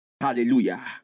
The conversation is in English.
hallelujah